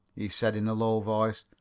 he said in a low voice.